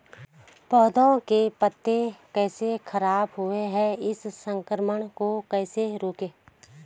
पौधों के पत्ते कैसे खराब हुए हैं इस संक्रमण को कैसे रोकें?